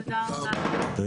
הישיבה ננעלה בשעה 12:25.